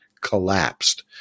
collapsed